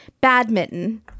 badminton